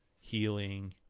healing